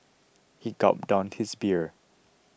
he gulped down his beer